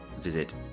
Visit